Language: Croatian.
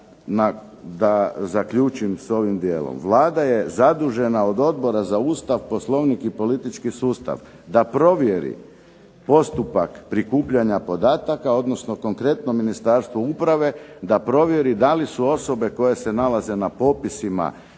da zaključim sa ovim dijelom, Vlada je zadužena od Odbora za Ustav, Poslovnik i politički sustav da provjeri postupak prikupljanja podataka, odnosno konkretno Ministarstvo uprave da provjeri da su osobe koje se nalaze na popisima